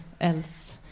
else